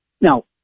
Now